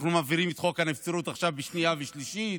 אנחנו מעבירים את חוק הנבצרות עכשיו בשנייה ושלישית,